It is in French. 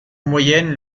moyenne